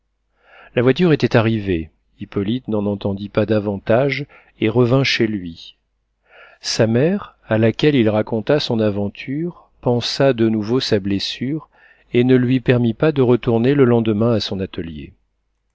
la voiture était arrivée hippolyte n'en entendit pas davantage et revint chez lui sa mère à laquelle il raconta son aventure pansa de nouveau sa blessure et ne lui permit pas de retourner le lendemain à son atelier